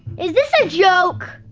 is this a joke?